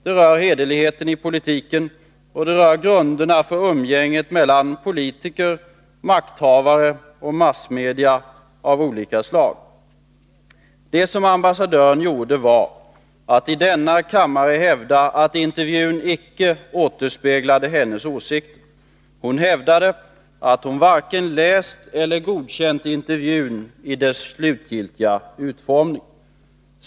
Det rör hederligheten i politiken, och det rör grunderna för umgänget mellan politiker, makthavare och massmedia av olika slag. Det som ambassadören gjorde var att i denna kammare hävda att intervjun icke återspeglade hennes åsikter. Hon hävdade att hon varken läst eller godkänt intervjun i dess slutliga utformning.